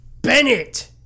Bennett